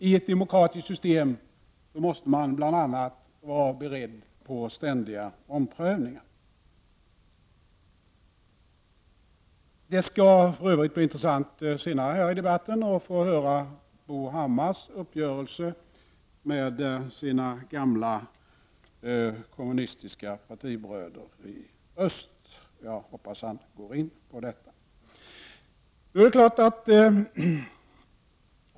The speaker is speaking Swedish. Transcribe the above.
I ett demokratiskt system måste man bl.a. vara beredd på ständiga omprövningar. : Det skall för övrigt bli intressant att senare här i debatten få höra Bo Hammars uppgörelse med sina gamla kommunistiska partibröder i öst. Jag hoppas att han går in på detta.